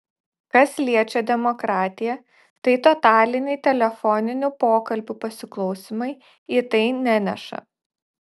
kas liečia demokratiją tai totaliniai telefoninių pokalbių pasiklausymai į tai neneša